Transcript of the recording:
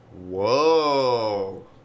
Whoa